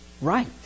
right